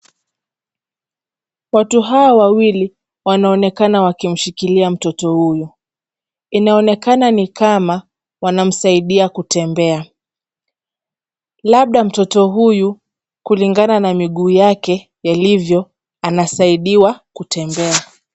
Watu hawa wawili wanaonekana wakimshikilia mtoto huyu. Inaonekana ni kama wanamsaidia kutembea. Labda mtoto huyu, kulingana na miguu yake yalivio, anasaidiwa kutembea.